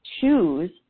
choose